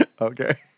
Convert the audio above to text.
okay